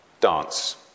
dance